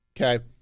Okay